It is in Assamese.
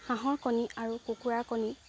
হাঁহৰ কণী আৰু কুকুৰা কণী